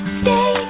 stay